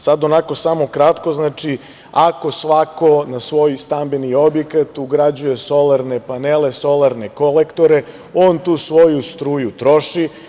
Sad onako samo kratko, znači, ako svako na svoj stambeni objekat ugrađuje solarne panele, solarne kolektore, on tu svoju struju troši.